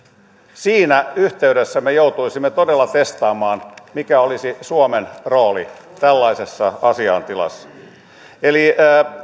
siinä yhteydessä me joutuisimme todella testaamaan mikä olisi suomen rooli tällaisessa asiaintilassa eli